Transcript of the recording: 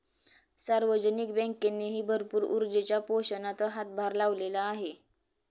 सार्वजनिक बँकेनेही भरपूर ऊर्जेच्या पोषणात हातभार लावलेला आहे